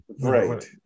Right